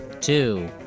Two